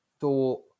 thought